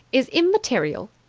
is immaterial.